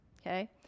okay